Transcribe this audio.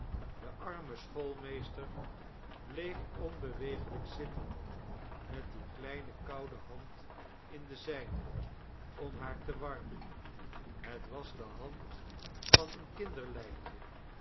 de arme schoolmeester bleef onbewegelijk zitten met die kleine koude hand in de zijne om haar te warmen het was de hand van een kinderlijkje